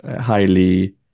highly